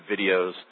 videos